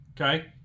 Okay